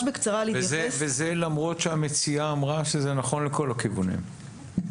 וזה למרות שהמציעה אמרה שזה נכון לכל הכיוונים.